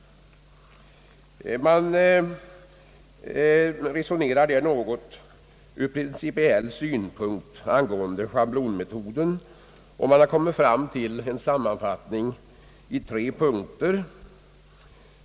Man resonerar i den utredningen ur principiell synpunkt om schablonmetoden och gör en sammanfattning i tre punkter.